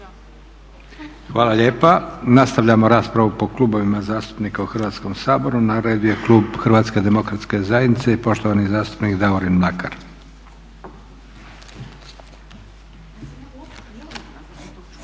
Hvala lijepa. Nastavljamo raspravu po Klubovima zastupnika u Hrvatskom saboru. Na redu je klub Hrvatske demokratske zajednice i poštovani zastupnik Davorin Mlakar.